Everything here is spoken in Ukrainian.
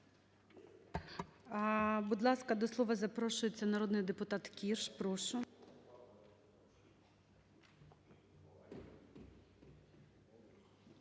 Будь ласка, до слова запрошується народний депутат Кірш. Прошу.